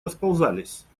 расползались